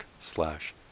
slash